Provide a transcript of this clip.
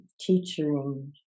teaching